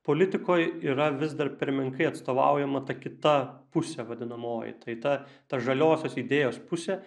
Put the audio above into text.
politikoje yra vis dar per menkai atstovaujama ta kita pusė vadinamoji tai ta ta žaliosios idėjos pusė